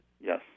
Yes